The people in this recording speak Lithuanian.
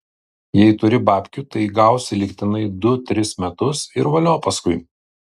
jei turi babkių tai gausi lygtinai du tris metus ir valio paskui